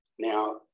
Now